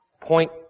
Point